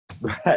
Right